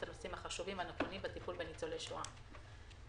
הנושאים החשובים והנכונים בטיפול בניצולי שואה.